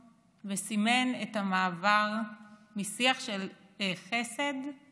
השוויון וסימן את המעבר משיח של חסד לשיח של זכויות,